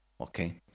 okay